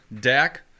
Dak